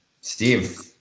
Steve